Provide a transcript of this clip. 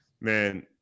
Man